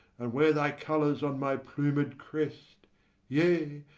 and wear thy colours on my plumed crest yea,